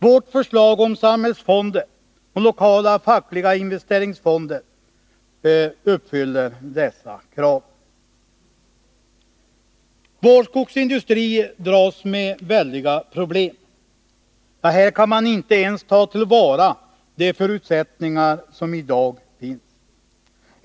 Vårt förslag om samhällsfonder och lokala fackliga investeringsfonder uppfyller dessa krav. Vår skogsindustri dras med väldiga problem, ja, här kan man inte ens ta till vara de förutsättningar som i dag finns.